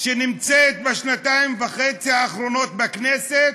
בשנתיים וחצי האחרונות בכנסת: